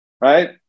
right